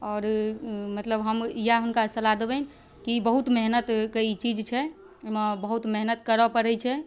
आओर मतलब हम हुनका इएह सलाह देबनि कि बहुत मेहनतिके ई चीज छै एहिमे बहुत मेहनति करऽ पड़ै छै